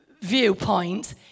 viewpoint